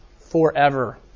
forever